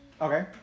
Okay